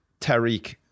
Tariq